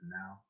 now